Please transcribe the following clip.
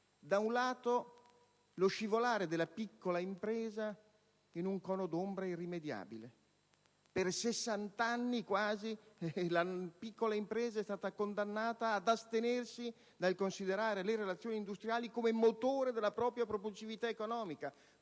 Una fu lo scivolare della piccola impresa in un cono d'ombra irrimediabile. Per quasi sessant'anni la piccola impresa è stata condannata ad astenersi dal considerare le relazioni industriali come motore della propria propulsività economica,